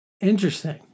Interesting